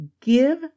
give